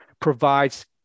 provides